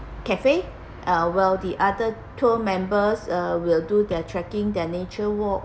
cafe uh while the other tour members are will do their trekking their nature